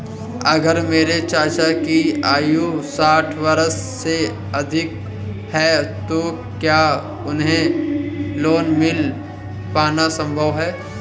अगर मेरे चाचा की आयु साठ वर्ष से अधिक है तो क्या उन्हें लोन मिल पाना संभव है?